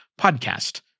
Podcast